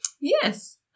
Yes